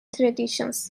traditions